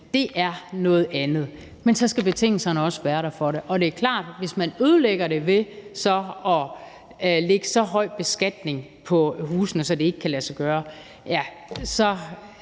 Det er noget andet. Men så skal betingelserne også være der for det. Og det er klart, at når man lægger så høj beskatning på husene, at det ikke kan lade sig gøre,